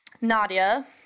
Nadia